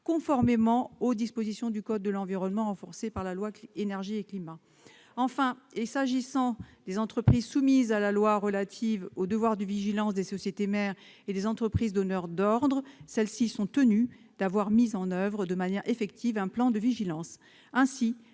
conformément aux dispositions du code de l'environnement, telles que renforcées par la loi Énergie-climat. Enfin, les entreprises soumises à la loi relative au devoir de vigilance des sociétés mères et des entreprises donneuses d'ordre seront tenues d'avoir mis en oeuvre de manière effective un plan de vigilance.